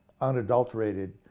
unadulterated